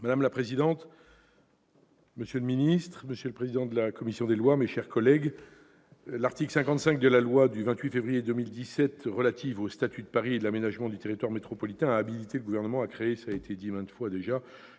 Madame la présidente, monsieur le ministre, monsieur le président de la commission des lois, mes chers collègues, l'article 55 de la loi du 28 février 2017 relative au statut de Paris et à l'aménagement métropolitain a habilité le Gouvernement à créer, par ordonnance,